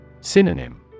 Synonym